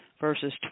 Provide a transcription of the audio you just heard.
verses